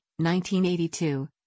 1982